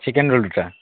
chicken roll দুটা